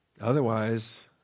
Otherwise